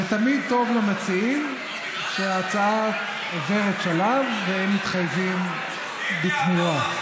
זה תמיד טוב למציעים שההצעה עוברת שלב והם מתחייבים בתמורה,